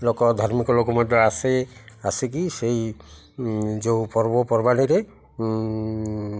ଲୋକ ଧାର୍ମିକ ଲୋକ ମଧ୍ୟ ଆସେ ଆସିକି ସେଇ ଯେଉଁ ପର୍ବପର୍ବାଣିରେ